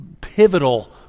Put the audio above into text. pivotal